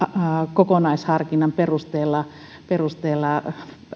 kokonaisharkinnan perusteella perusteella